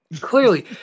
Clearly